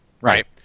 Right